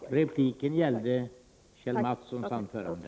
Jag erinrar om att repliken gällde Iris Mårtenssons anförande.